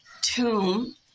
tomb